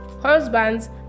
Husbands